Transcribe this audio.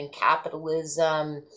capitalism